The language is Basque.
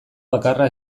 bakarra